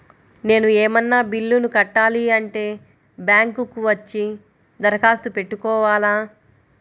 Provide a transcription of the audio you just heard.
నేను ఏమన్నా బిల్లును కట్టాలి అంటే బ్యాంకు కు వచ్చి దరఖాస్తు పెట్టుకోవాలా?